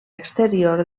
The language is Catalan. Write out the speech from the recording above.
exterior